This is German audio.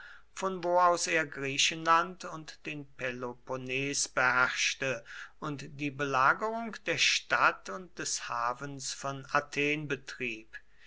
von wo aus er griechenland und den peloponnes beherrschte und die belagerung der stadt und des hafens von athen betrieb